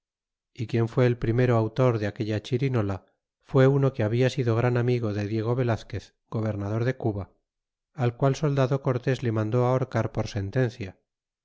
y quien fue primero autor de aquella chirinola fué uno que habla sido gran amigo de diego velazquez gobernador de cuba al qual soldado cortés le mandó ahorcar por sentencia